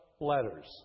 letters